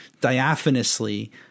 diaphanously